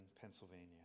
Pennsylvania